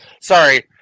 Sorry